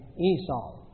Esau